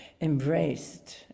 embraced